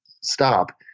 stop